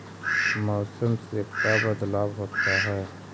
मौसम से का बदलाव होता है?